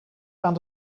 aan